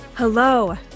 Hello